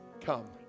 come